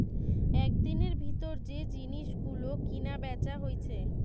একদিনের ভিতর যে জিনিস গুলো কিনা বেচা হইছে